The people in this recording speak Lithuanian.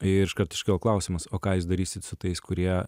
ir iškart iškyla klausimas o ką jūs darysit su tais kurie